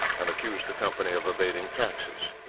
and accused the company of evading taxes.